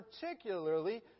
particularly